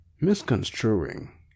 misconstruing